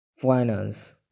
finance